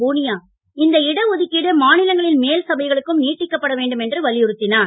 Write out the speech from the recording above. பூனியா இந்த இட ஒதுக்கீடு மாநிலங்களின் மேல்சபைகளுக்கும் நீட்டிக்கப்பட வேண்டும் என்று வலியுறுத்தினார்